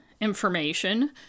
information